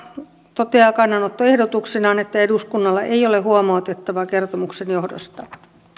toteaa kannanottoehdotuksenaan että eduskunnalla ei ole huomautettavaa kertomuksen johdosta